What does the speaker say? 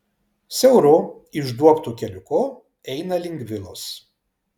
siauru išduobtu keliuku eina link vilos